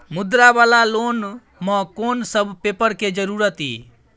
मुद्रा वाला लोन म कोन सब पेपर के जरूरत इ?